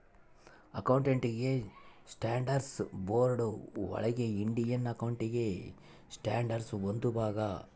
accounting standards board ಒಳಗ Indian accounting standard ಒಂದು ಭಾಗ